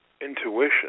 Intuition